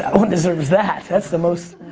ah one deserves that. that's the most,